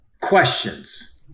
Questions